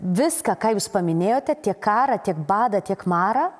viską ką jūs paminėjote tiek karą tiek badą tiek marą